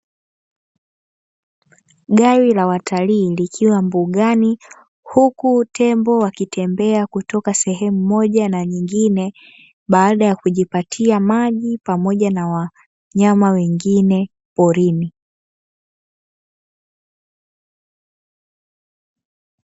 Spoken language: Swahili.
Gari la watalii likiwa mbugani huku tembo akitembea, kutoka sehemu moja na nyingine baada ya kujipatia maji pamoja na wanyama wengine porini.